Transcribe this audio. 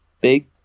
big